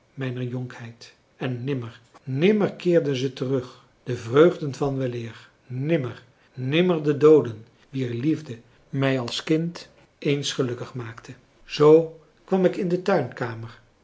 mijner jonkheid en nimmer nimmer keerden ze terug de vreugden van weleer nimmer nimmer de dooden wier liefde mij als kind eens gelukkig maakte zoo kwam ik in de tuinkamer